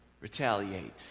retaliate